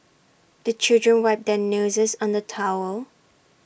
the children wipe their noses on the towel